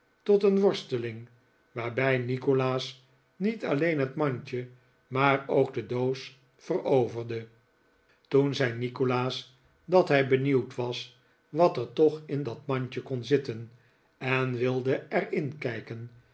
tot een worsteling waarbij nikolaas niet alleen het maridje maar ook de doos veroverde toen zei nikolaas dat hij benieuwd was wat er toch in dat mandje kon zitten en wilde er in kijken